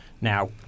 now